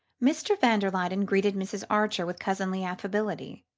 mr. van der luyden greeted mrs. archer with cousinly affability,